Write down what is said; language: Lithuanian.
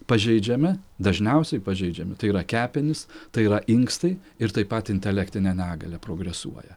pažeidžiami dažniausiai pažeidžiami tai yra kepenys tai yra inkstai ir taip pat intelektinė negalia progresuoja